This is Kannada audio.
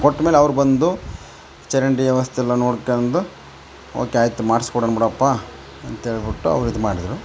ಕೊಟ್ಮೇಲೆ ಅವ್ರು ಬಂದು ಚರಂಡಿ ವ್ಯವಸ್ಥೆ ಎಲ್ಲ ನೋಡ್ಕೊಂಡು ಓಕೆ ಆಯ್ತು ಮಾಡಿಸ್ಕೊಡೋಣ ಬಿಡಪ್ಪ ಅಂತೇಳ್ಬಿಟ್ಟು ಅವ್ರು ಇದು ಮಾಡಿದ್ರು